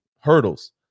hurdles